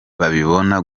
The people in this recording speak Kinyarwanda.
babibona